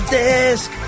desk